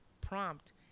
prompt